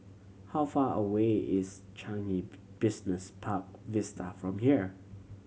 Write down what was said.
how far away is Changi Business Park Vista from here